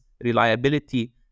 reliability